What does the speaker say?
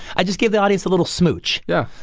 i just gave the audience a little smooch. yeah.